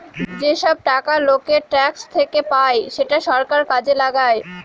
যেসব টাকা লোকের ট্যাক্স থেকে পায় সেটা সরকার কাজে লাগায়